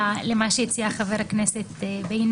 למה שהציע חה"כ בגין,